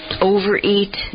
overeat